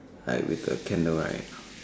I with the candle right